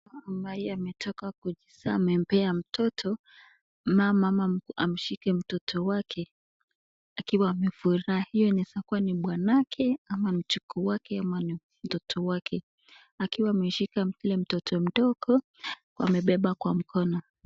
Mama ambaye ametoka kuzaa amempea mtoto mama amshike mtoto wake akiwa amefurahi, huyo anaweza kuwa ni bwanake ama mjukuu wake ama ni mtoto wake, akiwa ameshika ule mtoto mdogo amebeba kwa mkono.